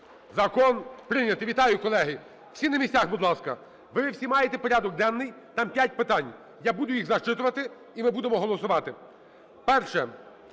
Закон прийнятий. Вітаю, колеги! Всі на місцях, будь ласка. Ви всі маєте порядок денний, там 5 питань. Я буду їх зачитувати, і ми будемо голосувати. Перше.